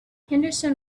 henderson